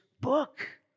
book